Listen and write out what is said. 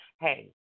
hey